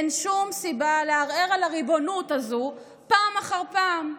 אין שום סיבה לערער על הריבונות הזו פעם אחר פעם.